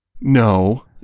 no